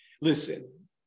Listen